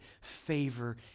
favor